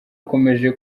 ukomeje